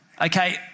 Okay